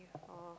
oh